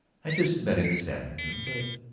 i just met him this afternoon. but,